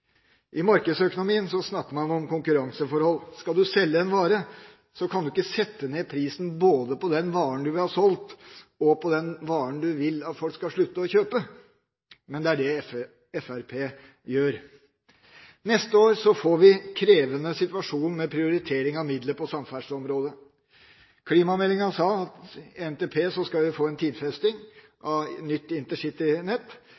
I markedsøkonomien snakker man om konkurranseforhold. Skal man selge en vare, kan man ikke sette ned prisen både på den varen man vil ha solgt, og på den varen man vil at folk skal slutte å kjøpe. Men det er det Fremskrittspartiet gjør. Neste år får vi en krevende situasjon med prioritering av midler på samferdselsområdet. Klimameldinga sa at i NTP skal vi få en